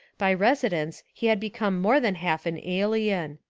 by residence he had become more than half an ahen.